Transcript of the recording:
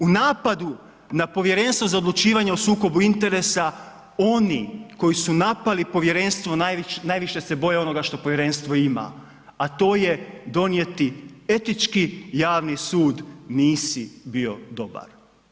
U napadu na Povjerenstvo za odlučivanje o sukobu interesa oni koji napali povjerenstvo najviše se boje onoga što povjerenstvo ima, a to je donijeti etički javni sud, nisi bio dobar.